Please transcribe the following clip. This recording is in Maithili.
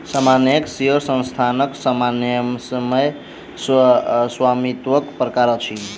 सामान्य शेयर संस्थानक न्यायसम्य स्वामित्वक प्रकार अछि